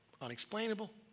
unexplainable